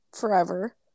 forever